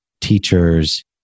teachers